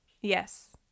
Yes